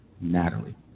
Natalie